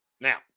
Now